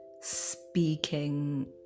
speaking